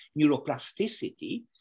neuroplasticity